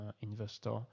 investor